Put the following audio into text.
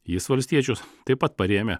jis valstiečius taip pat parėmė